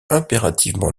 impérativement